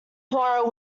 quarrel